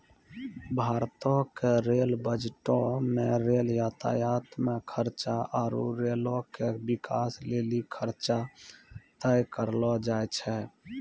भारतो के रेल बजटो मे रेल यातायात मे खर्चा आरु रेलो के बिकास लेली खर्चा तय करलो जाय छै